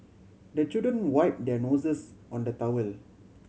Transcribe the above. the children wipe their noses on the towel